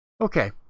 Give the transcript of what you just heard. Okay